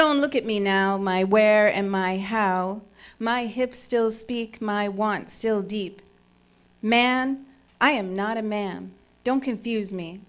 don't look at me now my where in my how my hips still speak my want still deep man i am not a man don't confuse me